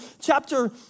chapter